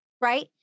right